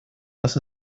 dass